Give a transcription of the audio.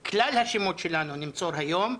את כלל השמות שלנו נמסור היום.